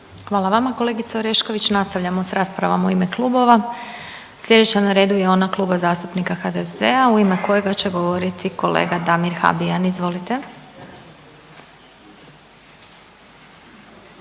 Hvala vama kolegice Orešković. Nastavljamo s raspravama u ime klubova, slijedeća na redu je ona Kluba zastupnika HDZ-a u ime kojega će govoriti kolega Damir Habijan, izvolite.